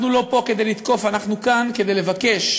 אנחנו כאן לא כדי לתקוף, אנחנו כאן כדי לבקש,